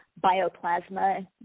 Bioplasma